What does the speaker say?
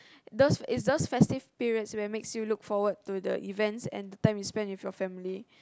those is those festive periods where makes you look forward to the events and the time you spend with your family